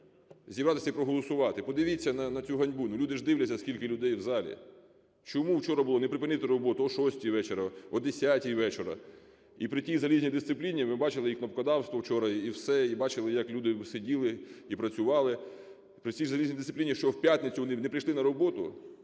зібратися і проголосувати? Подивіться на цю ганьбу. Ну люди ж дивляться, скільки людей в залі. Чому вчора було не припинити роботу о 6-й вечора, о 10-й вечора і прийти, і в залізній дисципліні… Ви бачили ікнопкодавство вчора, і все, і бачили, як люди сиділи і працювали. При цій залізній дисципліні, що в п'ятницю вони б не прийшли на роботу,